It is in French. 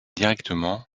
directement